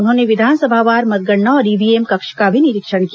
उन्होंने विधानसभावार मतगणना और ईवीएम कक्ष का भी निरीक्षण किया